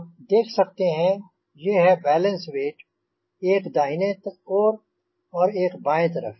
आप देख सकते हैं ये हैं बैलेन्स वेट एक दाहिने और एक बाएँ तरफ़